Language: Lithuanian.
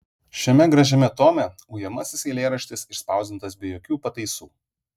šiame gražiame tome ujamasis eilėraštis išspausdintas be jokių pataisų